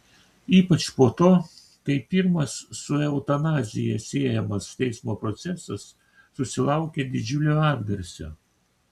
ypač po to kai pirmas su eutanazija siejamas teismo procesas susilaukė didžiulio atgarsio